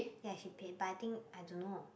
ya she paid but I think I don't know